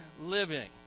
living